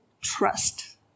trust